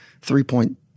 three-point